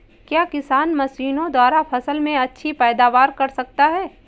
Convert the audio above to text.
क्या किसान मशीनों द्वारा फसल में अच्छी पैदावार कर सकता है?